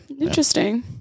Interesting